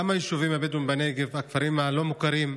גם היישובים הבדואיים בנגב, הכפרים הלא-מוכרים.